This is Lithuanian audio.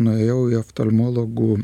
nuėjau į oftalmologų